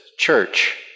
church